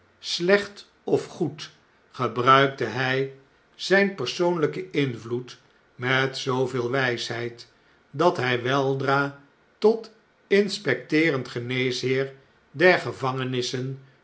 slecht of goed gebruikte hjj zjjnpersoonlijkeninvloed met zooveel wjjsheid dat hjj weldra tot inspecteerend geneesheer der gevangenissen